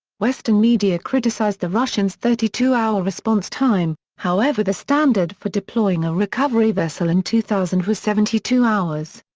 western media criticised the russian's thirty two hour response time, however the standard for deploying a recovery vessel in two thousand was seventy two hours.